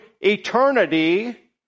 eternity